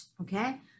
Okay